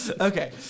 Okay